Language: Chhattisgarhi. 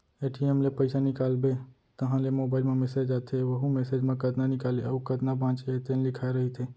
ए.टी.एम ले पइसा निकालबे तहाँ ले मोबाईल म मेसेज आथे वहूँ मेसेज म कतना निकाले अउ कतना बाचे हे तेन लिखाए रहिथे